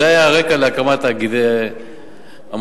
זה היה הרקע להקמת תאגידי המים.